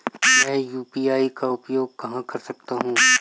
मैं यू.पी.आई का उपयोग कहां कर सकता हूं?